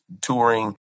touring